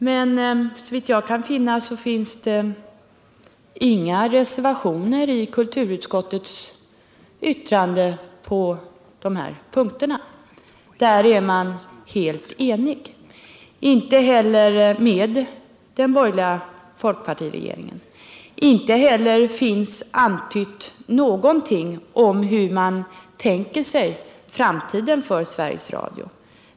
Men såvitt jag kan se finns det inga reservationer på dessa punkter, utan man är helt enig med den borgerliga folkpartiregeringen. Inte heller antyds hur man tänker sig framtiden för Sveriges Radio.